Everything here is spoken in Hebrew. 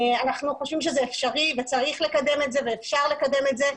אנחנו חושבים שזה אפשרי וצריך לקדם את זה ואפשר לקדם את זה,